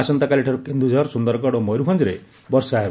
ଆସନ୍ତାକାଲିଠାରୁ କେନ୍ଦୁଝର ସୁନ୍ଦରଗଡ ଓ ମୟରଭଞାରେ ବର୍ଷା ହେବ